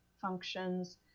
functions